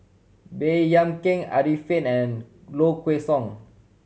Baey Yam Keng Arifin and Low Kway Song